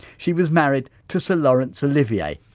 she was married to sir laurence olivier.